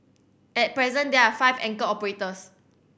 at present there are five anchor operators